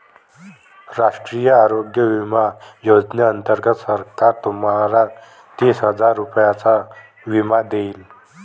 राष्ट्रीय आरोग्य विमा योजनेअंतर्गत सरकार तुम्हाला तीस हजार रुपयांचा विमा देईल